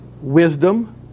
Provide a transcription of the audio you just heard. wisdom